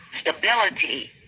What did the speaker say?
stability